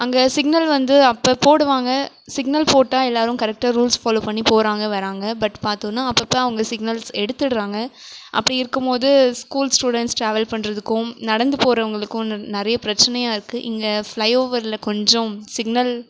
அங்கே சிக்னல் வந்து அப்போ போடுவாங்க சிக்னல் போட்டால் எல்லாரும் கரெக்டாக ரூல்ஸ் ஃபாலோ பண்ணி போகறாங்க வராங்க பட் பார்த்தோன்னா அப்பப்போ அவங்க சிக்னல்ஸ் எடுத்துட்றாங்க அப்படி இருக்கும் போது ஸ்கூல் ஸ்டூடென்ட்ஸ் டிராவல் பண்ணுறதுக்கும் நடந்து போகிறவங்களுக்கும் ந நிறைய பிரச்சனையாக இருக்கு இங்கே ஃபிளை ஓவரில் கொஞ்சம் சிக்னல்